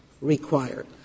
required